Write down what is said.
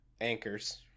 anchors